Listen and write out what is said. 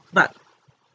but